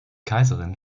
kaiserin